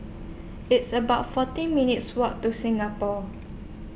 It's about forty minutes' Walk to Singapore